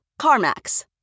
CarMax